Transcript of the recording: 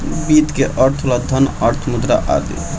वित्त के अर्थ होला धन, अर्थ, मुद्रा आदि